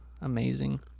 Amazing